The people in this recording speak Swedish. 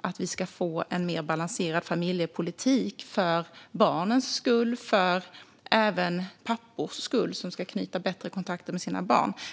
att få till en mer balanserad familjepolitik - för barnens skull och även för pappornas skull, så att de knyter bättre kontakt med sina barn.